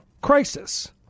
crisis